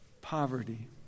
poverty